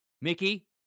Mickey